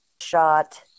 shot